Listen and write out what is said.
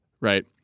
right